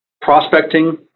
prospecting